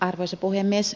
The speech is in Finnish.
arvoisa puhemies